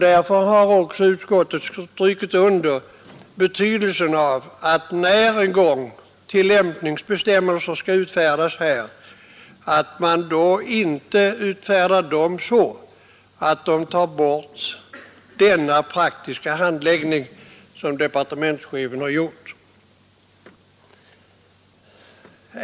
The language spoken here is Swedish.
Utskottet har understrukit att det är betydelsefullt att man, när tillämpningsbestämmelser en gång skall utfärdas om detta, inte utfärdar dem så att detta praktiska förfarande försvinner, vilket departementschefens förslag innebär.